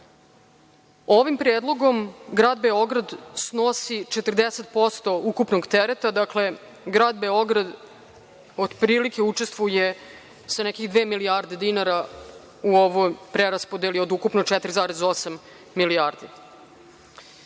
Ovim predlogom Grad Beograd snosi 40% ukupnog tereta, dakle, Grad Beograd otprilike učestvuje sa neke dve milijarde dinara u ovoj preraspodeli od ukupno 4,8 milijardi.U